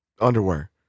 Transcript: underwear